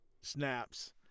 snaps